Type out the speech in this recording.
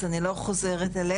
אז אני לא חוזרת עליהם.